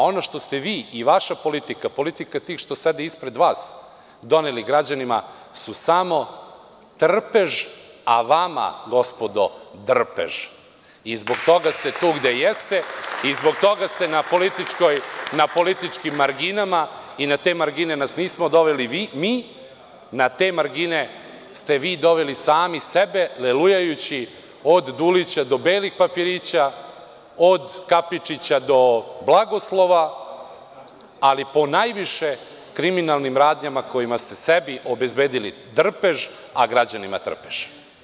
Ono što ste vi i vaša politika, politika tih što sede ispred vas, doneli građanima su samo trpež, a vama gospodo – drpež, i zbog toga ste tu gde jeste i zbog toga ste na političkim marginama i na te margine vas nismo doveli mi, na te margine ste vi doveli sami sebe lelujajući od Dulića do belih papirića, od Kapičića do blagoslova, ali po najviše, po kriminalnim radnjama kojima ste sebi obezbedili drpež, a građanima trpež.